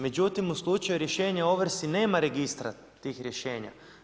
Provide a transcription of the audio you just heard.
Međutim, u slučaju rješenja o ovrsi nema registra tih rješenja.